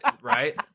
right